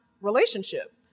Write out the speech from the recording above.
relationship